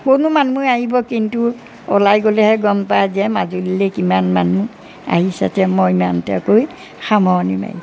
কোননো মানুহ আহিব কিন্তু ওলাই গ'লেহে গম পাই যে মাজুলীলৈ কিমান মানুহ আহিছে তো মই ইমানতে কৈ সামৰণি মাৰিছোঁ